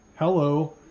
Hello